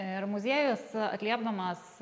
ir muziejus atliepdamas